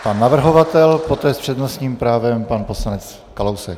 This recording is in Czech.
Pan navrhovatel, poté s přednostním právem pan poslanec Kalousek.